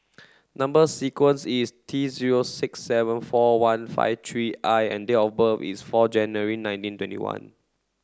number sequence is T zero six seven four one five three I and date of birth is four January nineteen twenty one